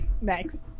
next